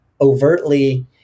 overtly